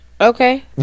okay